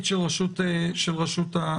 כמה דברים שרציתי להגיד